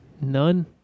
none